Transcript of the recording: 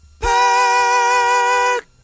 back